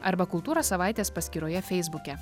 arba kultūros savaitės paskyroje feisbuke